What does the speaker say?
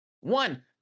One